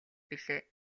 билээ